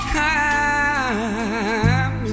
time